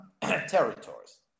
territories